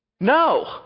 No